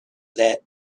that